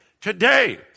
today